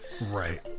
Right